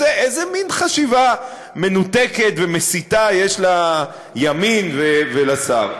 איזה מין חשיבה מנותקת ומסיתה יש לימין ולשר.